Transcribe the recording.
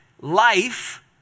life